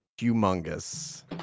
Humongous